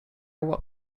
what